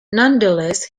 nonetheless